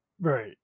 Right